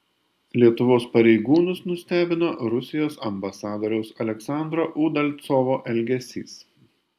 lietuvos pareigūnus nustebino rusijos ambasadoriaus aleksandro udalcovo elgesys